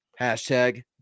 Hashtag